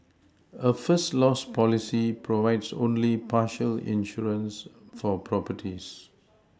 a first loss policy provides only partial insurance for properties